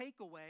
takeaway